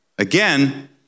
Again